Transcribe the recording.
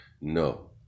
no